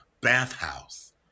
bathhouse